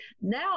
Now